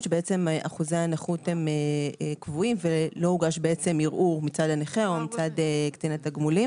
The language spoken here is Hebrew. שאחוזי הנכות הם קבועים ולא הוגש ערעור מצד הנכה או מצד קצין התגמולים.